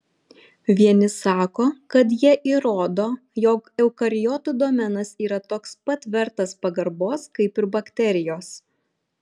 vieni sako kad jie įrodo jog eukariotų domenas yra toks pat vertas pagarbos kaip ir bakterijos